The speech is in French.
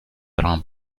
rampe